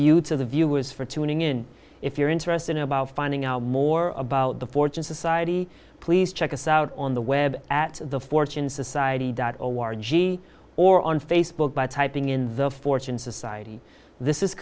you to the viewers for tuning in if you're interested in about finding out more about the fortune society please check us out on the web at the fortunes of the a warren g or on facebook by typing in the fortune society this is